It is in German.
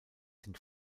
sind